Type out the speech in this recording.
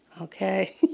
Okay